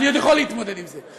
אני עוד יכול להתמודד עם זה,